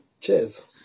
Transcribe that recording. Cheers